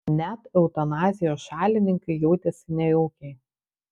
net eutanazijos šalininkai jautėsi nejaukiai